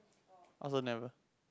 I also never